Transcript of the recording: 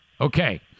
Okay